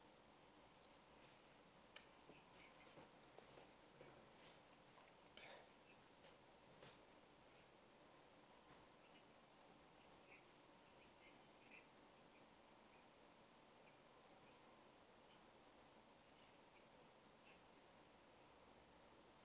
uh